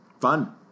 fun